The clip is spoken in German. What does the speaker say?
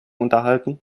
unterhalten